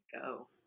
go